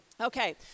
Okay